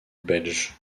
belge